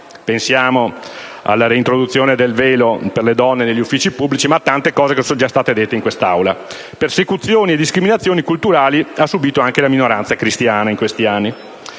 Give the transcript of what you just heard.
esempio, alla reintroduzione del velo per le donne negli uffici pubblici, ma vi sono altri aspetti che sono stati ricordati in quest'Aula. Persecuzioni e discriminazioni culturali ha subito anche la minoranza cristiana in questi anni.